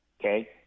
okay